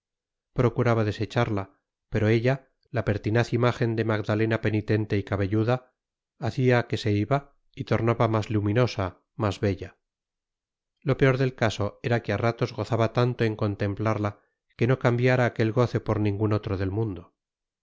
procuraba desecharla pero ella la pertinaz imagen de magdalena penitente y cabelluda hacía que se iba y tornaba más luminosa más bella lo peor del caso era que a ratos gozaba tanto en contemplarla que no cambiara aquel goce por ningún otro del mundo